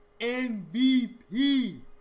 MVP